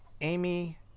Amy